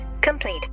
complete